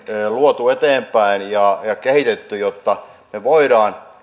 luotu eteenpäin ja kehitetty jotta me voimme